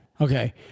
Okay